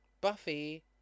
Buffy